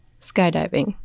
Skydiving